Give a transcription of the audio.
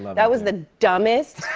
that was the dumbest,